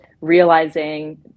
realizing